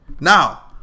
Now